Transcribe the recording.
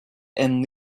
and